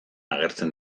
agertzen